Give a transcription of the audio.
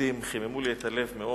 והשקטים חיממו לי את הלב מאוד,